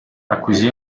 acquisì